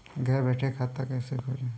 घर बैठे खाता कैसे खोलें?